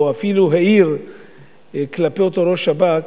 או אפילו העיר כלפי אותו ראש שב"כ,